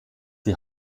die